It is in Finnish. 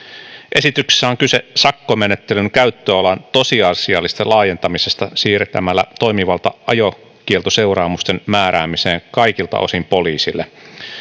esityksessä on kyse sakkomenettelyn käyttöalan tosiasiallisesta laajentamisesta siirtämällä toimivalta ajokieltoseuraamusten määräämiseen kaikilta osin poliisille